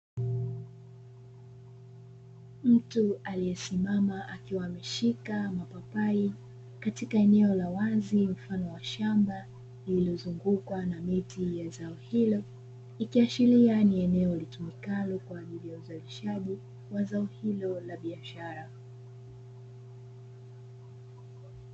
Mtu aliyesimama akiwa ameshika mapapai katika eneo la wazi mfano wa shamba lililozungukwa na miti ya zao hilo ikiashiria ni eneo litumikalo kwa ajili ya uzalishaji wa zao hilo la biashara.